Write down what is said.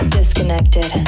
Disconnected